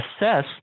assess